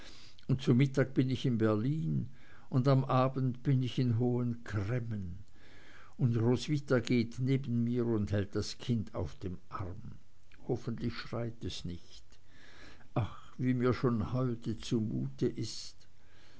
und zu mittag bin ich in berlin und am abend bin ich in hohen cremmen und roswitha geht neben mir und hält das kind auf dem arm hoffentlich schreit es nicht ach wie mir schon heute zumute ist